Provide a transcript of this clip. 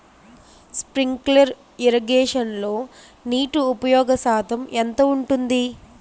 Sprinkler ఇరగేషన్లో నీటి ఉపయోగ శాతం ఎంత ఉంటుంది?